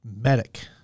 Medic